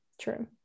true